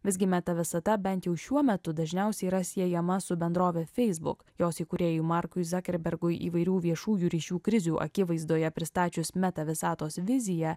visgi meta visata bent jau šiuo metu dažniausiai yra siejama su bendrove facebook jos įkūrėjui mark zakerbergui įvairių viešųjų ryšių krizių akivaizdoje pristačius meta visatos viziją